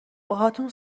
باهاتون